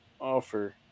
offer